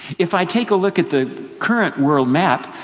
if i take a look at the current world map,